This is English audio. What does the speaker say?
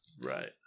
Right